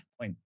point